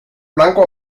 blanco